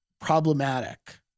problematic